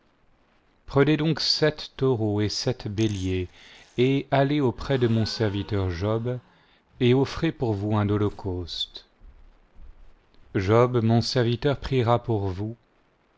prenez donc sept taureaux et sept béliers et allez auprès de mon serviteur job et offi'ez pour vous un holocauste job mon serviteur priera pour vous